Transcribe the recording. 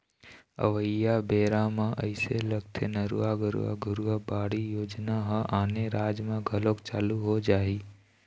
अवइया बेरा म अइसे लगथे नरूवा, गरूवा, घुरूवा, बाड़ी योजना ह आने राज म घलोक चालू हो जाही